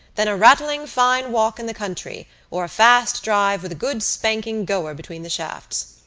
than a rattling fine walk in the country or a fast drive with a good spanking goer between the shafts.